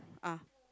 ah